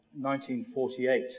1948